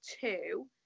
two